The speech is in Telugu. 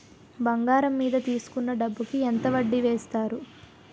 బంగారం మీద తీసుకున్న డబ్బు కి ఎంత వడ్డీ వేస్తారు?